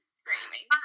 screaming